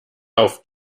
auf